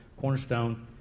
Cornerstone